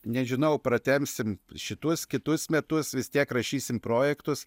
nežinau pratemsim šitus kitus metus vis tiek rašysim projektus